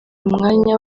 umwanya